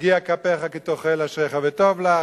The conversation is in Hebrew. יגיע כפיך כי תאכל אשריך וטוב לך,